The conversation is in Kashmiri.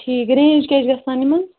ٹھیٖک رَینٛج کیٛاہ چھِ گژھان یِمَن